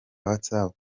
whatsapp